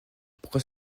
pourquoi